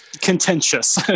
Contentious